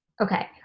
Okay